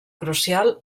crucial